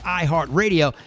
iHeartRadio